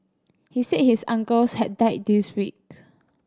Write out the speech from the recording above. he said his uncle had died this week